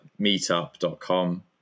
meetup.com